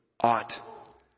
ought